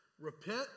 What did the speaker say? Repent